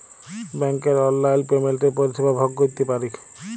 ব্যাংকের অললাইল পেমেল্টের পরিষেবা ভগ ক্যইরতে পারি